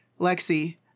Lexi